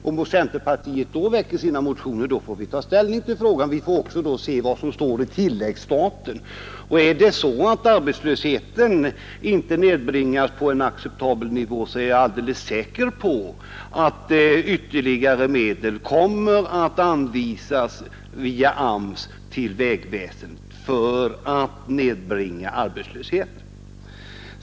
Om centerpartiet då väcker motioner härom, får vi ta ställning till frågan, och vi får då också se vad som står i tilläggsstaten. Är det så att arbetslösheten inte nedbringas på en acceptabel nivå, är jag alldeles säker på att ytterligare medel kommer att anvisas via AMS till vägväsendet för att nedbringa arbetslösheten.